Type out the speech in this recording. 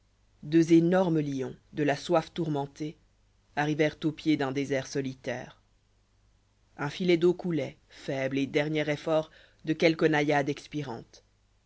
deux enorfijes lions de la soif tourmentés arrivèrent au pied d'un désert solitaire un filet d'eau couloit foible et dernier effort de quelque naïade expirante